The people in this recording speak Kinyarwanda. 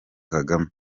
kagame